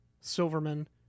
Silverman